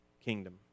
kingdom